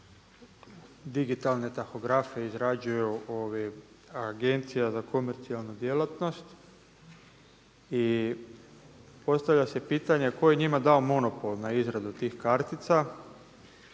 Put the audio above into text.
digitalne tahografe izrađuje Agencija za komercijalnu djelatnost. I postavlja se pitanje tko je njima dao monopol na izradu tih kartica,